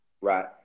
Right